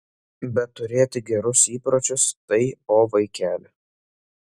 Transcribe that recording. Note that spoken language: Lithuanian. bet turėti gerus įpročius tai o vaikeli